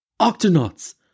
Octonauts